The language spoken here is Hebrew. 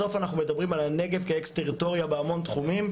בסוף אנחנו מדברים על הנגב כאקס טריטוריה בהמון תחומים,